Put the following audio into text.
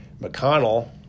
McConnell